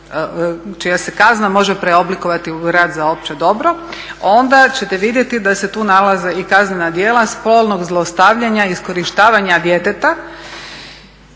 čija se kazna može preoblikovati u rad za opće dobro, onda ćete vidjeti da se tu nalaze i kaznena djela spolnog zlostavljanja i iskorištavanja djeteta.